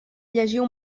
llegiu